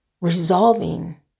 resolving